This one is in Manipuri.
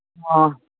ꯑꯣ